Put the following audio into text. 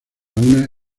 una